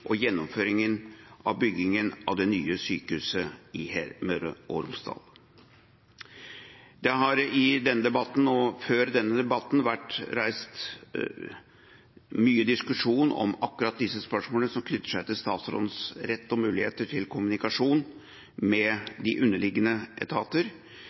og gjennomføringen av byggingen av det nye sykehuset i Møre og Romsdal. Det har i denne debatten, og før denne debatten, vært mye diskusjon om akkurat de spørsmålene som knytter seg til statsrådens rett og mulighet til kommunikasjon med de underliggende etater.